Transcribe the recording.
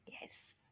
Yes